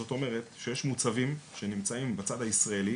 זאת אומרת שיש מוצבים שנמצאים בצד הישראלי